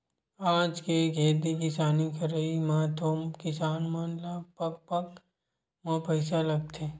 आज के खेती किसानी करई म तो किसान मन ल पग पग म पइसा लगथे